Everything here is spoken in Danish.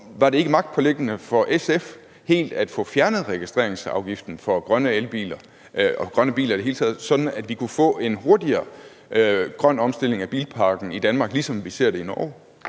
var det ikke magtpåliggende for SF helt at få fjernet registreringsafgiften for grønne elbiler – og grønne biler i det hele taget – sådan at vi kunne få en hurtigere grøn omstilling af bilparken i Danmark, ligesom vi ser det i Norge?